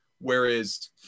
whereas